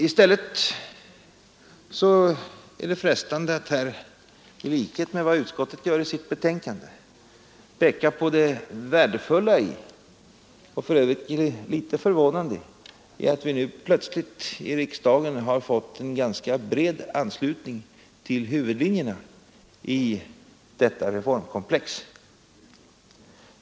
I stället är det frestande att, i likhet med vad utskottet gör i sitt betänkande, peka på det värdefulla och för övrigt litet förvånande i att vi nu plötsligt i riksdagen har fått en ganska bred anslutning till huvudlinjerna i detta reformkomplex.